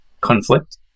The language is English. conflict